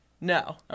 No